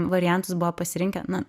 variantus buvo pasirinkę na